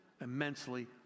immensely